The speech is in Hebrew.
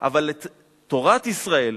אבל את תורת ישראל,